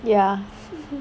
ya